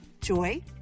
joy